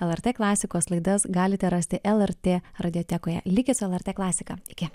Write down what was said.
lrt klasikos laidas galite rasti lrt radiotekoje likit su lrt klasiką iki